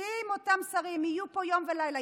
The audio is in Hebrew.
כי אם אותם שרים יהיו פה יום ולילה,